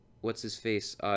What's-his-face